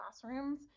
classrooms